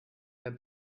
der